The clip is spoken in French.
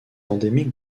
endémique